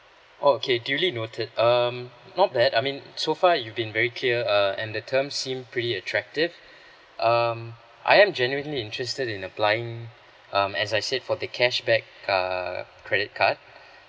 okay duly noted um not bad I mean so far you've been very clear uh and the terms seem pretty attractive um I am genuinely interested in applying um as I said for the cashback err credit card